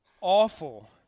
awful